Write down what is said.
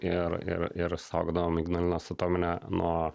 ir ir ir saugodavom ignalinos atominę nuo